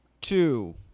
two